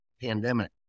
pandemic